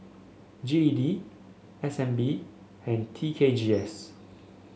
G E D S N B and T K G S